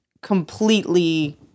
completely